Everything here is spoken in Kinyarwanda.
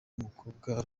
mukobwa